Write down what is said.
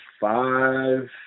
five